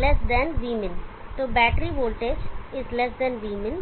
तो battery voltage Vmin है